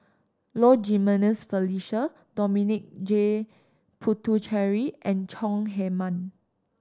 Low Jimenez Felicia Dominic J Puthucheary and Chong Heman